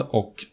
och